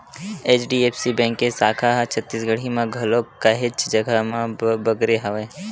HDFC bank के साखा ह छत्तीसगढ़ म घलोक काहेच जघा म बगरे हवय